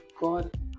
God